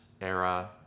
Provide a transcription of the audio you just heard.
era